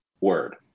word